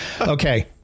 Okay